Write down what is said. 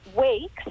weeks